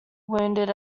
wounded